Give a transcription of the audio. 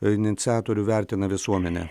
iniciatorių vertina visuomenė